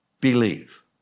believe